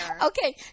Okay